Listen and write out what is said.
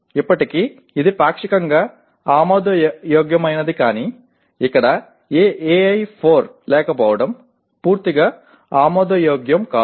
ఇప్పటికీ ఇది పాక్షికంగా ఆమోదయోగ్యమైనది కానీ ఇక్కడ ఏ AI4 లేకపోవడం పూర్తిగా ఆమోదయోగ్యం కాదు